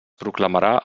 proclamarà